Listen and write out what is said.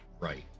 Right